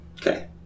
Okay